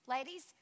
Ladies